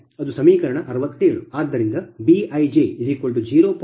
ಆದ್ದರಿಂದ PLossi1mBiiPgi2 ಅದು ಸಮೀಕರಣ 67 ಅಂದರೆ Bij0